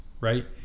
right